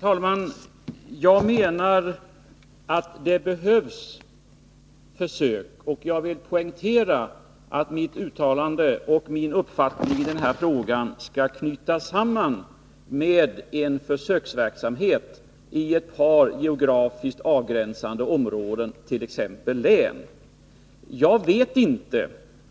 Herr tälman! Jag menar att det behövs försök och vill poängtera att mina uttalanden i den här frågan skall knytas samman med en försöksverksamhet i ett par geografiskt avgränsade områden, t.ex. län. Vi vet inte